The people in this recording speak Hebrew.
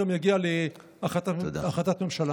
גם יגיע להחלטת הממשלה.